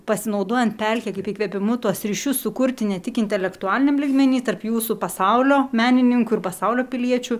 pasinaudojant pelke kaip įkvėpimu tuos ryšius sukurti ne tik intelektualiniam lygmeny tarp jūsų pasaulio menininkų ir pasaulio piliečių